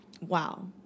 Wow